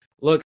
look